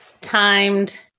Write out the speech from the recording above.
timed